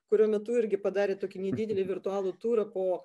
kurio metu irgi padarėt tokį nedidelį virtualų turą po